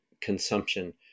consumption